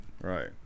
Right